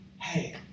hey